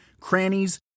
crannies